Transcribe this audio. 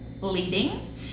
leading